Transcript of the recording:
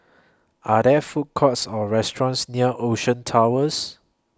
Are There Food Courts Or restaurants near Ocean Towers